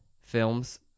films